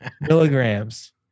milligrams